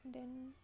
then